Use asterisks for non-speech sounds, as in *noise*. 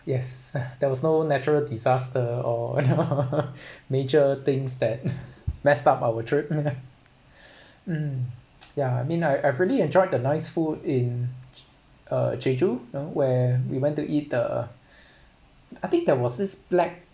yes there was no natural disaster or *laughs* major things that *laughs* messed up our trip *laughs* um yeah I mean I I've really enjoyed the nice food in uh jeju where we went to eat the I think there was this black